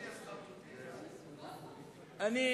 אלי,